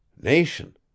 Nation